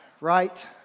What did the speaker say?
right